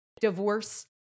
Divorce